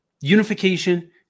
unification